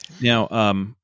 Now